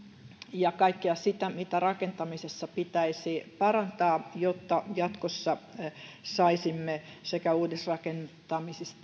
ja kaikkea sitä mitä rakentamisessa pitäisi parantaa jotta jatkossa saisimme sekä uudisrakentamisen